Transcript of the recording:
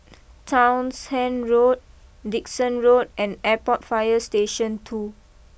Townshend Road Dickson Road and Airport fire Station two